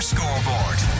Scoreboard